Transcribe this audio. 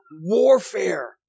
warfare